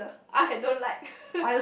I don't like